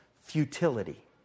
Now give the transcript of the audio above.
futility